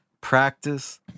Practice